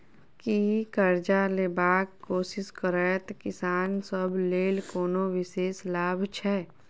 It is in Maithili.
की करजा लेबाक कोशिश करैत किसान सब लेल कोनो विशेष लाभ छै?